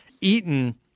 Eaton